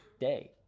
Day